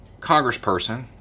congressperson